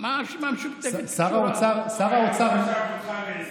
מה הרשימה המשותפת קשורה?